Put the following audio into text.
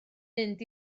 mynd